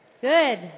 Good